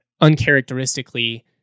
uncharacteristically